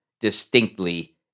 distinctly